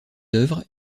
œuvres